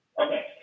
Okay